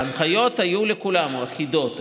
ההנחיות היו לכולם, אחידות.